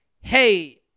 hey